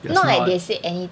that's not